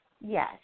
Yes